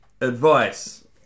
advice